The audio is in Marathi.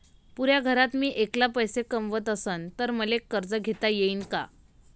पुऱ्या घरात मी ऐकला पैसे कमवत असन तर मले कर्ज घेता येईन का?